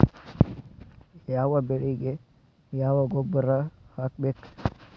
ಯಾವ ಬೆಳಿಗೆ ಯಾವ ಗೊಬ್ಬರ ಹಾಕ್ಬೇಕ್?